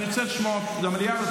אני רוצה לשמור על המליאה.